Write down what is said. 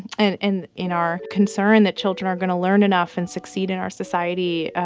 and and in our concern that children are going to learn enough and succeed in our society,